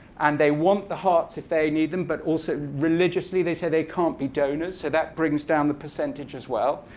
and they want the hearts if they need them. but also, religiously, they say they can't be donors, so that brings down the percentage, as well.